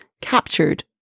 captured